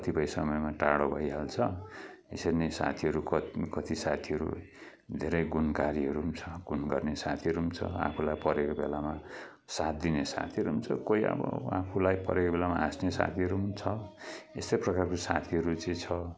कतिपय समयमा टाडो भइहाल्छ यसरी नै साथीहरू कत कति साथीहरू धेरै गुणकारीहरू पनि छ गुणगर्ने साथीहरू पनि छ आफूलाई परेको बेलामा साथ दिने साथीहरू पनि छ कोही आबो आफूलाई परेको बेलामा हाँस्ने साथीहरू पनि छ यस्तै प्रकारको साथीहरू चाहिँ छ